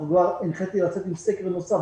והנחיתי כבר לצאת עם סקר נוסף,